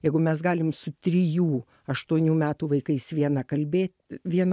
jeigu mes galim su trijų aštuonių metų vaikais viena kalbė viena